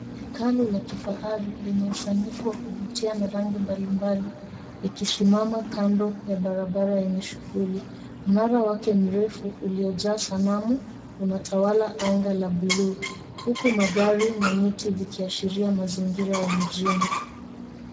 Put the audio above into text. Hekalu la kifahari lenye usanifu wa kuvutia na rangi mbalimbali, likisimama kando ya barabara yenye shughuli. Mnara wake mrefu uliojaa sanamu, unatawala angaa la buluu, huku magari na miti vikiashiria mazingira ya mjini.